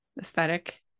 aesthetic